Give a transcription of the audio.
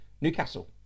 Newcastle